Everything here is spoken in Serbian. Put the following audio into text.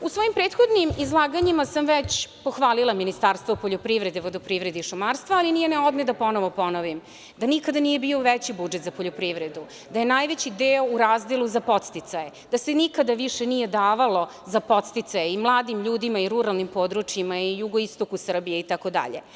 U svojim prethodnim izlaganjima sam već pohvalila Ministarstvo poljoprivrede, vodoprivrede i šumarstva, ali nije na odmet da ponovo ponovim, da nikada nije bio veći budžet za poljoprivredu, da je najveći deo u razdelu za podsticaje, da se nikada više nije davalo za podsticaje i mladim ljudima i ruralnim područjima i jugoistoku Srbije itd.